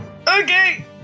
Okay